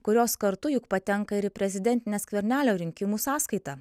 kurios kartu juk patenka ir į prezidentinę skvernelio rinkimų sąskaitą